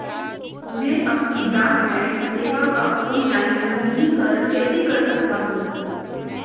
मैं अपनी ब्रॉडबैंड सेवा का ऑनलाइन नवीनीकरण कैसे कर सकता हूं?